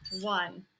one